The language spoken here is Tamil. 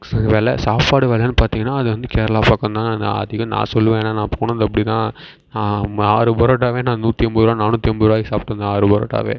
சி வெலை சாப்பாடு வெலைன்னு பார்த்திங்கன்னா அது வந்து கேரளா பக்கம் தான் நான் அதிகம் நான் சொல்லுவேன் ஏன்னால் நான் போனது அப்படி தான் நான் ஆறு பரோட்டாவே நான் நூற்றி ஐம்பதுருபா நானூற்றி ஐம்பதுருவாக்கி சாப்பிட்டு வந்தேன் ஆறு பரோட்டாவே